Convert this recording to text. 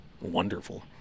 wonderful